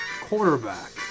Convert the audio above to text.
Quarterback